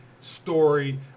story